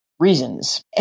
Reasons